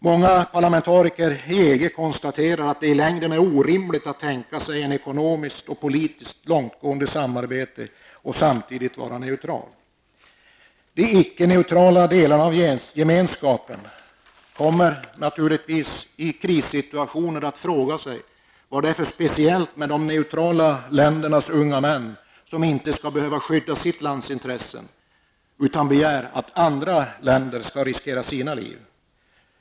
Många parlamentariker inom EG konstaterar att det i längden är orimligt att tänka sig ett ekonomiskt och politiskt långtgående samarbete samtidigt som man är neutral. I de icke neutrala delarna av gemenskapen kommer man naturligtvis i krissituationer att fråga sig vad det är för speciellt med de neutrala ländernas unga män, som inte skall behöva skydda sitt lands intressen utan begär att andra länders män skall riskera sina liv.